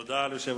לו גם הודעה.